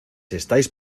estáis